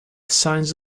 signs